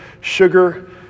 sugar